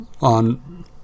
on